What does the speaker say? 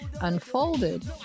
unfolded